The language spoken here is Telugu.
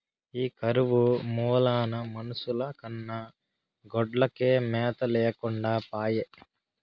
ఈ కరువు మూలాన మనుషుల కన్నా గొడ్లకే మేత లేకుండా పాయె